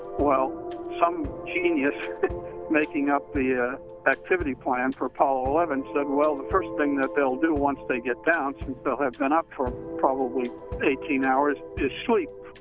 well some genius making up the ah activity plan for apollo eleven said, well, the first thing that they'll do once they get down, since they'll have been up for probably eighteen hours, is sleep.